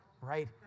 right